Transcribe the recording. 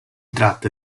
tratta